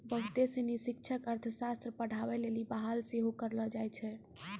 बहुते सिनी शिक्षक अर्थशास्त्र पढ़ाबै लेली बहाल सेहो करलो जाय छै